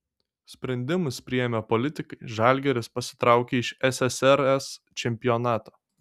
sprendimus priėmė politikai žalgiris pasitraukė iš ssrs čempionato